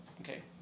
Okay